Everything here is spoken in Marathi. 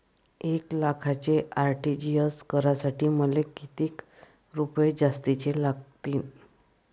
एक लाखाचे आर.टी.जी.एस करासाठी मले कितीक रुपये जास्तीचे लागतीनं?